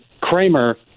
Kramer